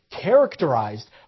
characterized